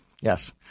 Yes